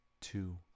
two